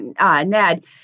Ned